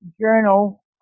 journal